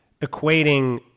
equating